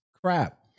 crap